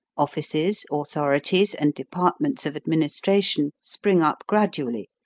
offices, authorities, and departments of administration spring up gradually,